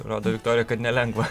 rodo viktorija kad nelengva